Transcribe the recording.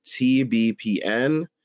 TBPN